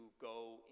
go